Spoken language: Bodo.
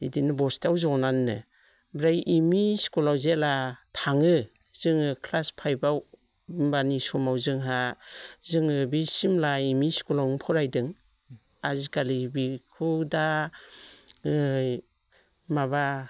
बिदिनो बस्तायाव जनानैनो ओमफ्राय एम इ स्कुलाव जेब्ला थाङो जोङो क्लास फाइभआव होनबानि समाव जोंहा जोङो बे सिमला एम इ स्कुलावनो फरायदों आजिखालि बेखौ दा माबा